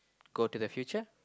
go to the future